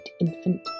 infant